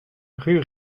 rue